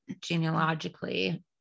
genealogically